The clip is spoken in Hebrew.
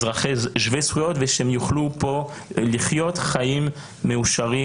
אזרחים שווי זכויות ושהם יוכלו לחיות פה חיים מאושרים.